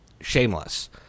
Shameless